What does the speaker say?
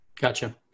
Gotcha